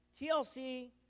TLC